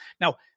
Now